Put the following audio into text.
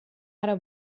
ara